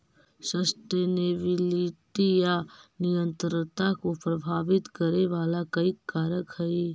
sustainability या निरंतरता को प्रभावित करे वाला कई कारक हई